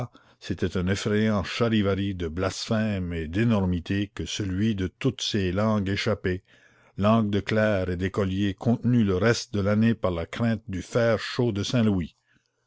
c'était un effrayant charivari de blasphèmes et d'énormités que celui de toutes ces langues échappées langues de clercs et d'écoliers contenues le reste de l'année par la crainte du fer chaud de